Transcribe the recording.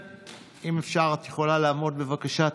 אפשר, את יכולה לעמוד, בבקשה.